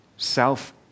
Self